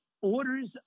orders